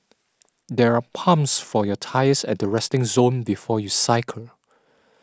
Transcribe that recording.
there are pumps for your tyres at the resting zone before you cycle